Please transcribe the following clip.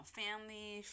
family